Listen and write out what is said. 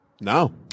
No